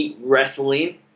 Wrestling